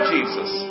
Jesus